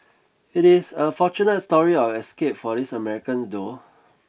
it is a fortunate story of escape for these Americans though